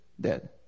dead